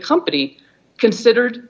company considered